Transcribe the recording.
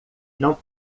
não